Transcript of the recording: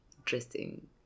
interesting